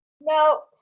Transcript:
No